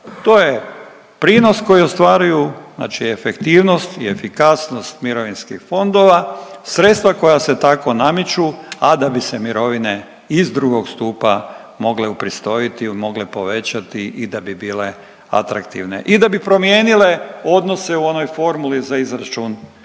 To je prinos koji ostvaruju, znači efektivnost i efikasnost mirovinskih fondova. Sredstva koja se tako namiču, a da bi se mirovine iz drugog stupa mogle upristojiti ili mogle povećati i da bi bile atraktivne i da bi promijenile odnose u onoj formuli za izračun mirovine